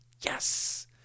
Yes